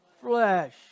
flesh